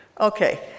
okay